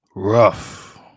rough